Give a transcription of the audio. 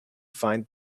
find